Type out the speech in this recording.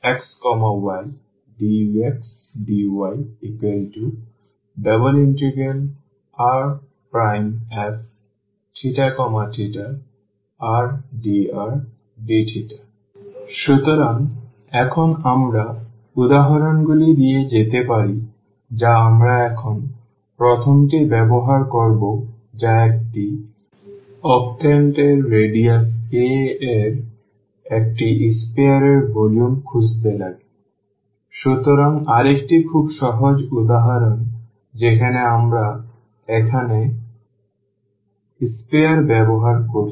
∬Rfxydxdy∬Rf rdrdθ সুতরাং এখন আমরা উদাহরণগুলি দিয়ে যেতে পারি যা আমরা এখন প্রথমটি ব্যবহার করব যা একটি octant এর radius a এর একটি sphere এর ভলিউম খুঁজতে লাগে সুতরাং আরেকটি খুব সহজ উদাহরণ যেখানে আমরা এখানে sphere ব্যবহার করছি